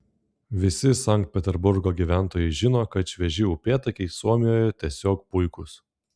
visi sankt peterburgo gyventojai žino kad švieži upėtakiai suomijoje tiesiog puikūs